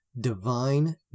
Divine